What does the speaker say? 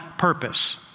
purpose